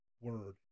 word